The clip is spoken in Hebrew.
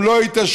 הם לא יתעשרו.